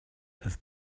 have